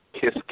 KISS